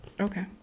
okay